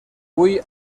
guy